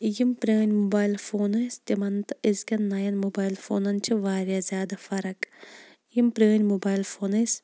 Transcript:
یِم پرٛٲنٛۍ mobile phone ٲسۍ تِمَن تہٕ أزۍکیٚن نَیَن موبایل فونَن چھِ واریاہ زیادٕ فَرَق یِم پرٛٲنٛۍ موبایل فون ٲسۍ